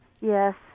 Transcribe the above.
Yes